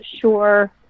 sure